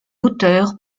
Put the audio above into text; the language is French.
auteur